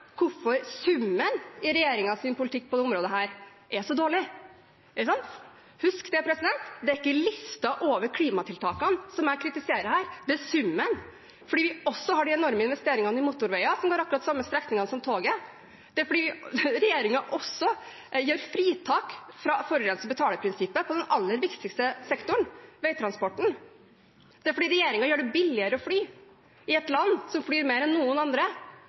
hvorfor summen av regjeringens politikk på dette området er så dårlig. Det er ikke listen over klimatiltakene jeg kritiserer. Det er summen, for vi har også de enorme investeringene i motorveier som går akkurat de samme strekningene som toget. Regjeringen gjør fritak fra forurenser betaler-prinsippet innen den aller viktigste sektoren, veitransporten. Det er fordi regjeringen gjør det billigere å fly i et land hvor vi flyr mer enn noen andre,